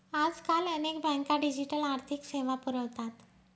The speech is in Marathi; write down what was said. आजकाल अनेक बँका डिजिटल आर्थिक सेवा पुरवतात